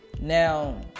Now